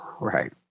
Right